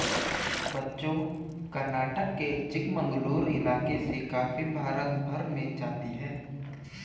बच्चों कर्नाटक के चिकमंगलूर इलाके से कॉफी भारत भर में जाती है